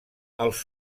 els